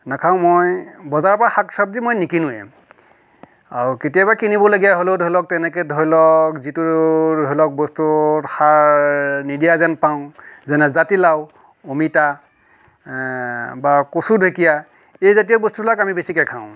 নাখাওঁ মই বজাৰৰ পৰা শাক চব্জি মই নিকিনোৱে আৰু কেতিয়াবা কিনিবলগীয়া হ'লেও ধৰি লওক তেনেকৈ ধৰি লওক যিটো ধৰি লওক বস্তুত সাৰ নিদিয়া যেন পাওঁ যেনে জাতিলাও অমিতা বা কচু ঢেঁঁকীয়া এই জাতীয় বস্তুবিলাক আমি বেছিকৈ খাওঁ